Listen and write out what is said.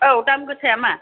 औ दाम गोसाया मा